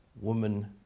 woman